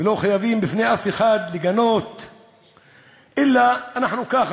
ולא חייבים לגנות בפני אף אחד, אלא אנחנו ככה.